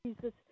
Jesus